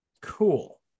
cool